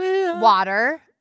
water